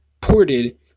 ported